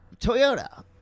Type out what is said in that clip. toyota